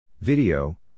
Video –